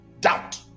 doubt